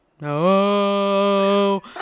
No